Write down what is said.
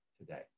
today